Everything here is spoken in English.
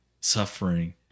suffering